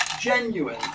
genuine